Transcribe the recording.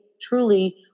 truly